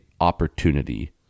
opportunity